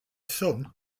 son